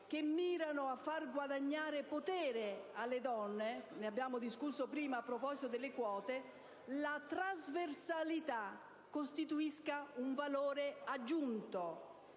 che mirano a far guadagnare potere alle donne - ne abbiamo discusso prima a proposito delle quote - la trasversalità costituisce un valore aggiunto;